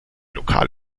lokal